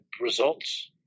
results